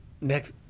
next